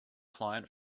client